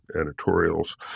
editorials